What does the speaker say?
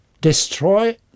destroy